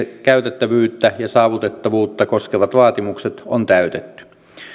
käytettävyyttä ja saavutettavuutta koskevat vaatimukset on täytetty